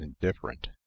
indifferent